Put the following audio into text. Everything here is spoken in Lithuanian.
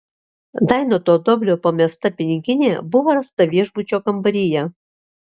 dainoto doblio pamesta piniginė buvo rasta viešbučio kambaryje